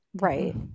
Right